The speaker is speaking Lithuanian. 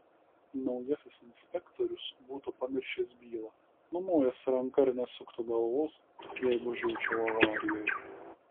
naujasis inspektorius būtų pamiršęs bylą numojęs ranka ir nesuktų galvos jeigu žūčiau avarijoje